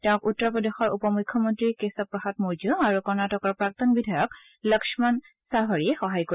তেওঁক উত্তৰ প্ৰদেশৰ উপ মুখ্যমন্ত্ৰী কেশৱ প্ৰসাদ মৌৰ্য আৰু কৰ্ণাটকৰ প্ৰাক্তন বিধায়ক লক্ষণ ছাভাড়িয়ে সহায় কৰিব